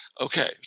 Okay